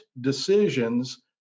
decisions